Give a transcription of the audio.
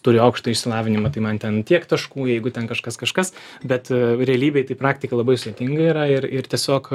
turiu aukštąjį išsilavinimą tai man ten tiek taškų jeigu ten kažkas kažkas bet realybėj tai praktika labai sudėtinga yra ir ir tiesiog